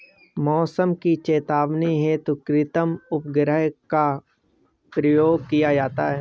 मौसम की चेतावनी हेतु कृत्रिम उपग्रहों का प्रयोग किया जाता है